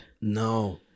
No